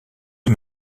eux